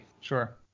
Sure